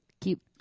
keep